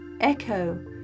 echo